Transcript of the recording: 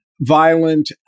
violent